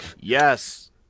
Yes